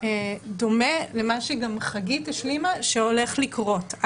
דומה למה שגם חגית השלימה שהולך לקרות.